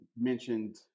mentioned